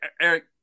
Eric